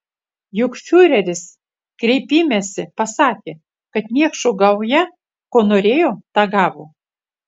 juk fiureris kreipimesi pasakė kad niekšų gauja ko norėjo tą gavo